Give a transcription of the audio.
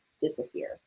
disappear